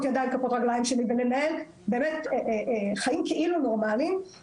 ידיים וכפות הרגליים שלי ולנהל חיים כאילו נורמליים,